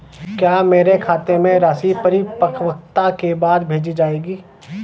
क्या मेरे खाते में राशि परिपक्वता के बाद भेजी जाएगी?